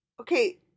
Okay